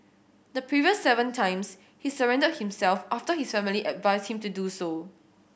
the previous seven times he surrendered himself after his family advised him to do so